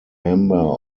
member